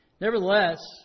Nevertheless